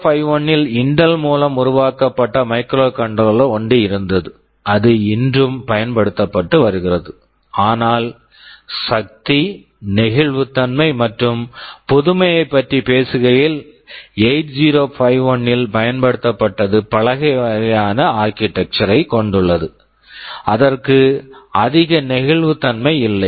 8051 -ல் Intel intel மூலம் உருவாக்கப்பட்ட மைக்ரோகண்ட்ரோலர் microcontroller ஒன்று இருந்தது அது இன்னும் பயன்படுத்தப்பட்டு வருகிறது ஆனால் சக்தி நெகிழ்வுத்தன்மை மற்றும் புதுமையைப் பற்றிப் பேசுகையில் 8051 -ல் பயன்படுத்தப்பட்டது பழைய வகையான ஆர்க்கிடெக்சர் architecture ரைக் கொண்டுள்ளது அதற்கு அதிக நெகிழ்வுத்தன்மை இல்லை